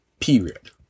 period